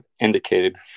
indicated